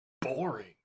boring